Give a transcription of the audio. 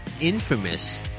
infamous